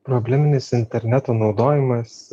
probleminis interneto naudojimas